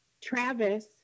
Travis